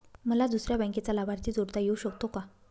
मला दुसऱ्या बँकेचा लाभार्थी जोडता येऊ शकतो का?